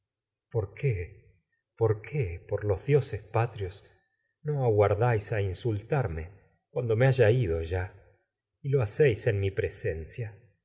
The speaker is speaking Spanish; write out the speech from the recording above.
por qué por antígona los dioses patrios ya y no aguardáis en a insultarme cuando me haya ido lo hacéis mi presencia